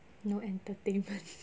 no entertainment